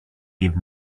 give